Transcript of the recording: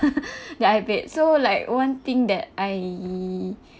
that I paid so like one thing that I